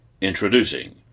Introducing